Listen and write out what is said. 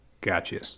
Gotcha